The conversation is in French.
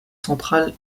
centrale